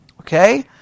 Okay